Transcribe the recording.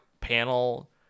panel